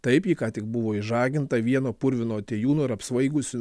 taip ji ką tik buvo išžaginta vieno purvino atėjūno ir apsvaigusi